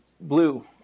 blue